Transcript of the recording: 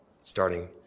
starting